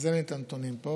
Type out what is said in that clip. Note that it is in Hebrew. אין לי את הנתונים פה.